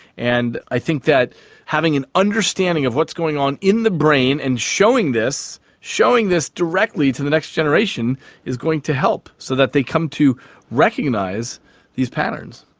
and i think that having an understanding of what's going on in the brain and showing this, showing this directly to the next generation is going to help so that they come to recognise these patterns.